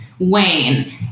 Wayne